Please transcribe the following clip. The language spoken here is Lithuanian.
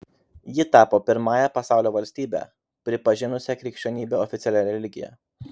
ji tapo pirmąja pasaulio valstybe pripažinusia krikščionybę oficialia religija